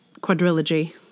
quadrilogy